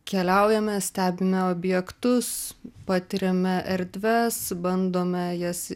keliaujame stebime objektus patiriame erdves bandome jas